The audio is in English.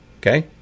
okay